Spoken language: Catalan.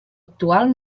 actual